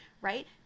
right